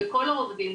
בכל הרבדים.